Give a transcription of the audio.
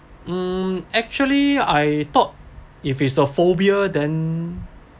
hmm actually I thought if it's a phobia then